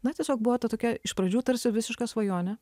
na tiesiog buvo ta tokia iš pradžių tarsi visiška svajonė